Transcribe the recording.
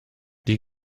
die